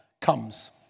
comes